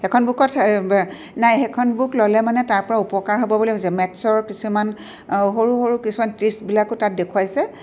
এইখন বুকত নাই সেইখন বুক ল'লে মানে তাৰপৰা উপকাৰ হ'ব বুলি ভাবিছোঁ মেথছৰ কিছুমান সৰু সৰু কিছুমান ট্ৰিকছবিলাকো তাত দেখুৱৱাইছে